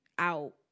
out